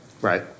Right